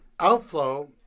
Outflow